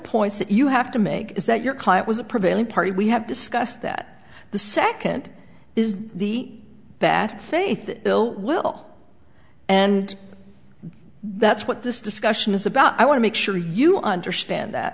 points that you have to make is that your client was a prevailing party we have discussed that the second is the bad faith ill will and that's what this discussion is about i want to make sure you understand that